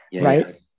Right